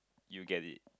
you get it